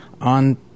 on